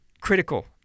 critical